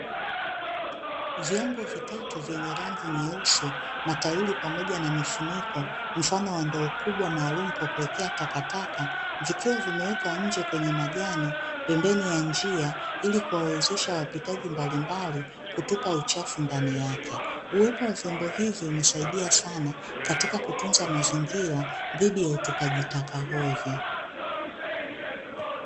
Vyombo vitatu vyenye rangi nyeusi, mataili pamoja na mifuniko, mfano wa ndoo kubwa maalumu kwa kuwekea takataka, vikiwa vimeweka nje kwenye majani, pembeni ya njia ili kuwawezesha wapitaji mbalimbali, kutupa uchafu ndani yake. Uwepo wa vyombo hivo umesaidia sana katika kutunza mazingira dhidi ya utupaji taka hovyo.